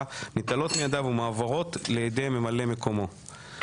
ניטלות מידיו ומועברות לידי ממלא מקומו.